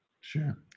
Sure